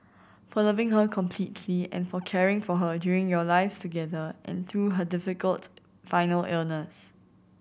for loving her completely and for caring for her during your lives together and through her difficult final illness